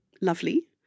lovely